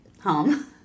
home